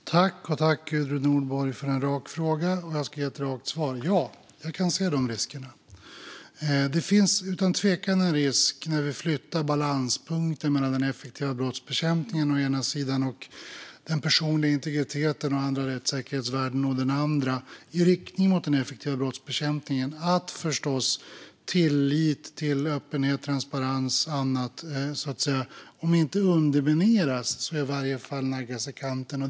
Fru talman! Jag tackar Gudrun Nordborg för en rak fråga. Jag ska ge ett rakt svar: Ja, jag kan se de riskerna. Det finns utan tvivel en risk när vi flyttar balanspunkten mellan den effektiva brottsbekämpningen å ena sidan och den personliga integriteten och andra rättssäkerhetsvärden å den andra i riktning mot en effektivare brottsbekämpning. Tilliten till öppenhet och transparens om inte undermineras så i alla fall naggas i kanten.